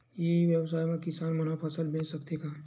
ई व्यवसाय म किसान मन फसल बेच सकथे का?